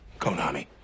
Konami